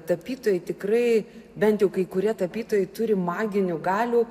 tapytojai tikrai bent jau kai kurie tapytojai turi maginių galių